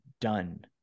done